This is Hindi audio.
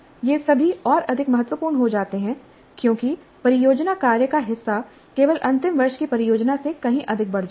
ये सभी और अधिक महत्वपूर्ण हो जाते हैं क्योंकि परियोजना कार्य का हिस्सा केवल अंतिम वर्ष की परियोजना से कहीं अधिक बढ़ जाता है